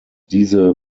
diese